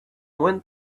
went